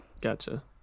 Gotcha